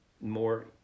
more